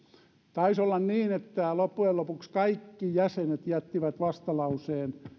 taisi olla niin että loppujen lopuksi kaikki jäsenet jättivät vastalauseen